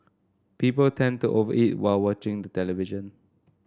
people tend to over eat while watching the television